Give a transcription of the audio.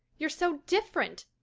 you're so different.